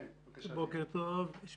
אני